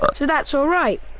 ah that's alright!